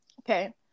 Okay